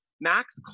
Max